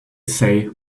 say